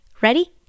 ready